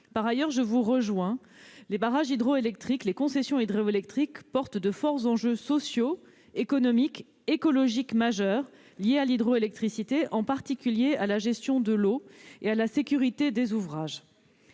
Par ailleurs, je vous rejoins : les barrages hydroélectriques, les concessions hydroélectriques constituent des enjeux sociaux, économiques, écologiques majeurs, liés à l'hydroélectricité, en particulier à la gestion de l'eau et à la sécurité des ouvrages.